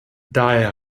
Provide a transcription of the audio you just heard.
daher